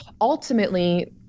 ultimately